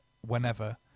whenever